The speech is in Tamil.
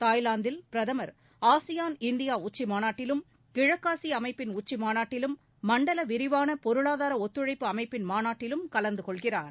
தாய்லாந்தில் பிரதமர் ஆசியான் இந்தியா உச்சிமாநாட்டிலும் கிழக்காசிய அமைப்பின் உச்சிமாநாட்டிலும் மண்டல விரிவான பொருளாதார ஒத்துழைப்பு அமைப்பின் மாநாட்டிலும் கலந்து கொள்கிறார்